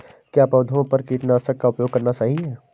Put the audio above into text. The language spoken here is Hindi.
क्या पौधों पर कीटनाशक का उपयोग करना सही है?